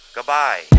Goodbye